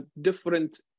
different